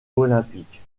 olympiques